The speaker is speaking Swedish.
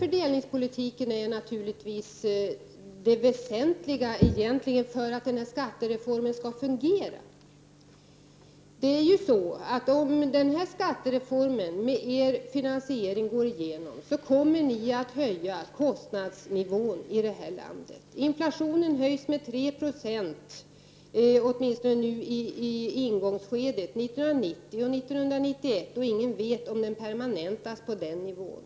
Fördelningspolitiken är egentligen det väsentligaste för att skattereformen skall fungera. Om ert förslag till skattereform och finansiering går igenom, kommer ni att höja kostnadsnivån i detta land. Inflationen kommer att öka med 3 96, åtminstone i ingångsskedet under åren 1990 och 1991, och ingen vet om den permanentas på den nivån.